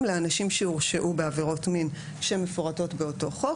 לאנשים שהורשעו בעבירות מין ומפורטות באותו חוק.